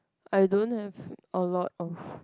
I don't have a lot of